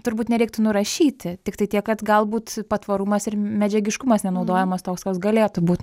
turbūt nereiktų nurašyti tiktai tiek kad galbūt patvarumas ir medžiagiškumas nenaudojamas toks koks galėtų būt